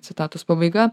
citatos pabaiga